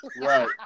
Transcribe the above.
Right